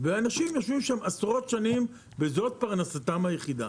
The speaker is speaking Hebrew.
ואנשים יושבים שם עשרות שנים וזאת פרנסתם היחידה.